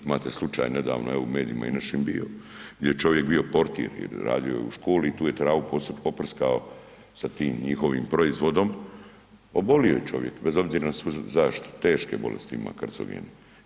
Imate slučaj nedavno evo u medijima je našim bio gdje je čovjek bio portir, jer radio je u školi i tu je travu poprskao sa tim njihovim proizvodom, obolio je čovjek bez obzira na svu zaštitu, teške bolesti ima karcinogene.